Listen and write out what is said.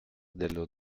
dello